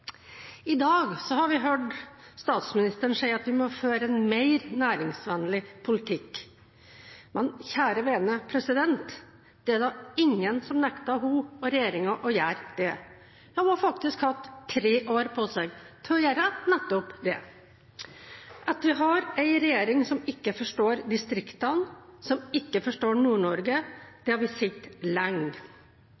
I dag har vi hørt statsministeren si at vi må føre en mer næringsvennlig politikk. Men kjære vene, det er da ingen som nekter henne og regjeringen å gjøre det! De har faktisk hatt tre år på seg til å gjøre nettopp det. At vi har en regjering som ikke forstår distriktene, som ikke forstår